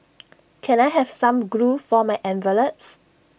can I have some glue for my envelopes